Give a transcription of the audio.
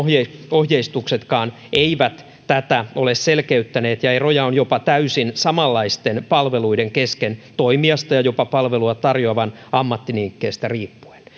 ohjeistuksetkaan eivät tätä ole selkeyttäneet ja eroja on jopa täysin samanlaisten palveluiden kesken toimijasta ja jopa palvelua tarjoavan ammattinimikkeestä riippuen